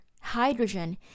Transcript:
Hydrogen